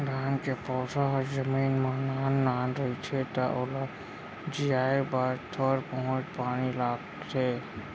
धान के पउधा ह जमीन म नान नान रहिथे त ओला जियाए बर थोर बहुत पानी लगथे